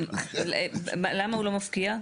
למה הוא לא מפקיע?